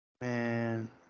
Man